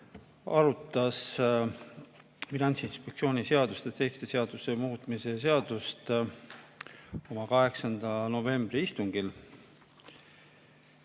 arutas Finantsinspektsiooni seaduse ja teiste seaduste muutmise seadust oma 8. novembri istungil.